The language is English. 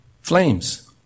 Flames